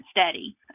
steady